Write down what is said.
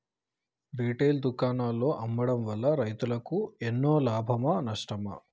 Retail దుకాణాల్లో అమ్మడం వల్ల రైతులకు ఎన్నో లాభమా నష్టమా?